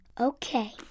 Okay